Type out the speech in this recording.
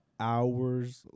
Hours